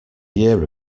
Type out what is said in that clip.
year